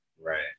Right